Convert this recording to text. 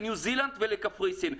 לניו זילנד ולקפריסין.